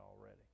already